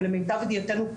ולמיטב ידיעתנו,